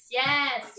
yes